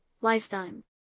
Lifetime